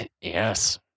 Yes